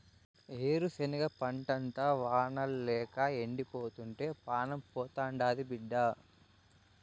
ఏరుశనగ పంటంతా వానల్లేక ఎండిపోతుంటే పానం పోతాండాది బిడ్డా